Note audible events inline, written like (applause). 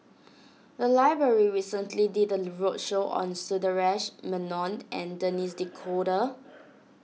the library recently did a roadshow on Sundaresh Menon and (noise) Denis D'Cotta